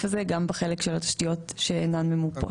הזה גם בחלק של התשתיות שאינן ממופות.